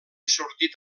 sortit